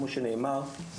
כמו שנאמר,